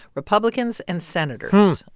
republicans and senators.